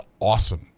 awesome